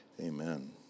Amen